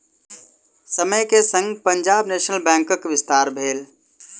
समय के संग पंजाब नेशनल बैंकक विस्तार भेल